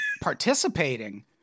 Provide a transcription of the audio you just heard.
participating